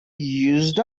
used